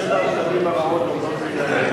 שבע השנים הרעות עומדות להיגמר.